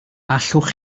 allwch